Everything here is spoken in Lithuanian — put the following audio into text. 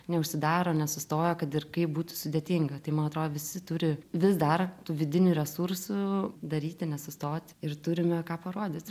neužsidaro nesustoja kad ir kaip būtų sudėtinga tai man atrodo visi turi vis dar tų vidinių resursų daryti nesustoti ir turime ką parodyti